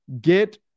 get